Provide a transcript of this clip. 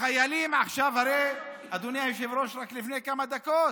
החיילים, אדוני היושב-ראש, רק לפני כמה דקות